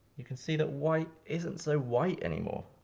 you can see that white isn't so white anymore.